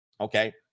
Okay